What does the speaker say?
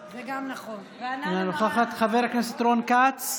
מירי, הם לא מגיעים לחדרה, הם עוצרים ברעננה.